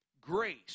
Grace